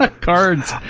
Cards